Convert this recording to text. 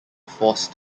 forced